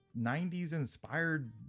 90s-inspired